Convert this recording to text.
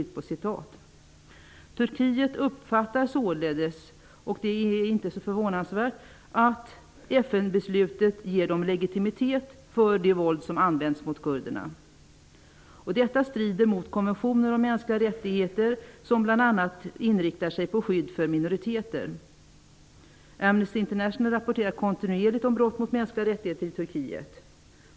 Turkiet uppfattar således -- det är inte så förvånansvärt -- att FN-beslutet ger Turkiet legitimitet för det våld som används mot kurderna. Detta strider mot konventionen om mänskliga rättigheter, som bl.a. inriktar sig på skydd för minoriteter. Amnesty International rapporterar kontinuerligt om brott mot mänskliga rättigheter i Turkiet.